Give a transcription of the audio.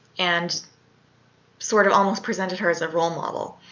and sort of almost presented her as a role model.